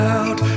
out